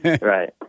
Right